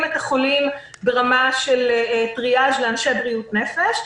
את החולים ברמה של טריאז' לאנשי בריאות נפש.